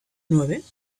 nueve